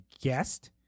guest